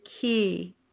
key